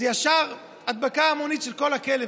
ישר הדבקה המונית של כל הכלא,